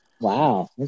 Wow